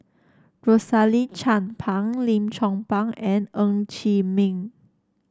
Rosaline Chan Pang Lim Chong Pang and Ng Chee Meng